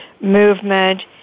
movement